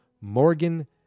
Morgan